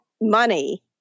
money